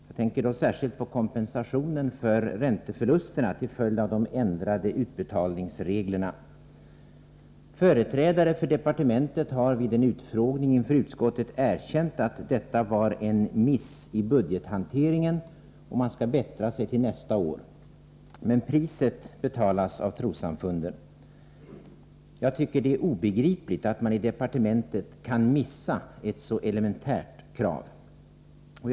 Jag tänker då särskilt på kompensationen för ränteförlusterna till följd av de ändrade utbetalningsreglerna. 63 Företrädare för departementet har vid en utfrågning inför utskottet erkänt att detta var en ”miss” i budgethanteringen och att man skall bättra sig till nästa år. Priset betalas dock av trossamfunden. Det är obegripligt att man i departementet kan ”missa” ett så elementärt krav som detta.